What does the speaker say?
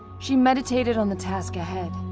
she meditated on the task ahead.